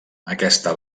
aquesta